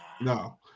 No